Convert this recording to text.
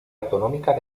autonómica